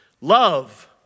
Love